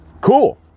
Cool